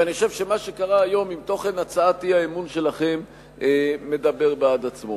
ואני חושב שמה שקרה היום עם תוכן הצעת האי-אמון שלכם מדבר בעד עצמו.